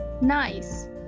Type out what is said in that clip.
nice